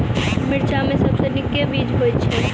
मिर्चा मे सबसँ नीक केँ बीज होइत छै?